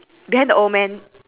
grey brownish kind thing